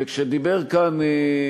וכשדיבר כאן